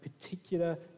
particular